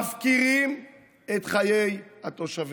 מפקירים את חיי התושבים.